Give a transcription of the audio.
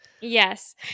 yes